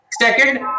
Second